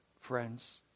friends